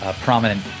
prominent